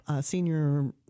senior